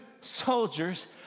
soldiers